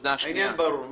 תקני אותי, חוה.